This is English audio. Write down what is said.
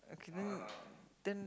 okay then then